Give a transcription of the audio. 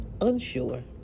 unsure